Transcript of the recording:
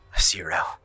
Zero